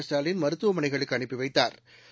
ஸ்டாலின் மருத்துவமனைகளுக்கு அனுப்பி வைத்தாா்